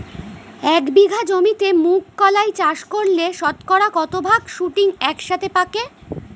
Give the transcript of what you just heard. এক বিঘা জমিতে মুঘ কলাই চাষ করলে শতকরা কত ভাগ শুটিং একসাথে পাকে?